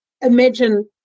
imagine